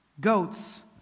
goats